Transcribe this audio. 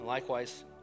Likewise